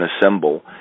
assemble